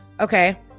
okay